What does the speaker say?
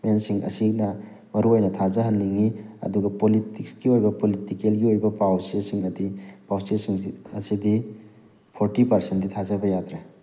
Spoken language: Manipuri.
ꯃꯦꯟꯁꯤꯡ ꯑꯁꯤꯅ ꯃꯔꯨꯑꯣꯏꯅ ꯊꯥꯖꯍꯟꯅꯤꯡꯉꯤ ꯑꯗꯨꯒ ꯄꯣꯂꯤꯇꯤꯛꯁꯀꯤ ꯑꯣꯏꯕ ꯄꯣꯂꯤꯇꯤꯀꯦꯜꯒꯤ ꯑꯣꯏꯕ ꯄꯥꯎꯆꯦꯁꯤꯡꯗꯗꯤ ꯄꯥꯎꯆꯦꯁꯤꯡ ꯑꯁꯤꯗꯤ ꯐꯣꯔꯇꯤ ꯄꯥꯔꯁꯦꯟꯗꯤ ꯊꯥꯖꯕ ꯌꯥꯗ꯭ꯔꯦ